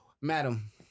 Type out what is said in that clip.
madam